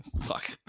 Fuck